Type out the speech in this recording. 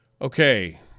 Okay